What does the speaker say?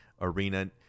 Arena